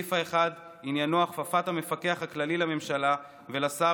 הסעיף האחד עניינו הכפפת המפקח הכללי לממשלה ולשר